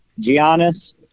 Giannis